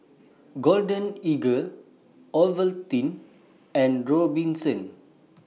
Golden Eagle Ovaltine and Robinsons